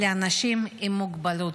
לאנשים עם מוגבלות.